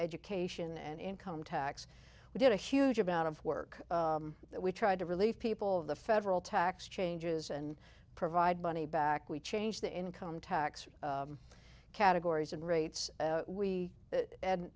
education and income tax we did a huge amount of work we tried to relieve people of the federal tax changes and provide money back we changed the income tax categories and rates we and